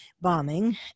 bombing